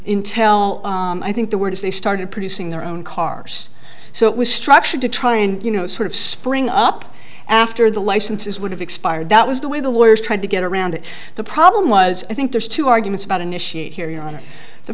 intel i think the word is they started producing their own car so it was structured to try and you know sort of spring up after the licenses would have expired that was the way the lawyers tried to get around the problem was i think there's two arguments about initiate here your honor the